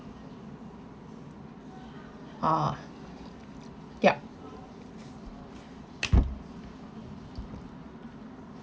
ah yup